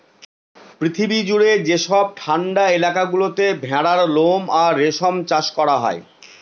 পৃথিবী জুড়ে যেসব ঠান্ডা এলাকা গুলোতে ভেড়ার লোম আর রেশম চাষ করা হয়